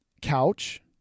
Couch